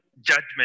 judgment